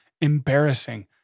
embarrassing